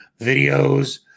videos